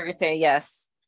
yes